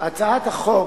הצעת החוק